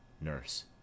Nurse